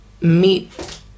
meet